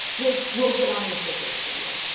we'll, we'll get on your cichlids video